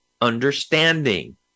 understanding